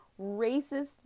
racist